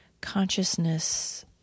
consciousness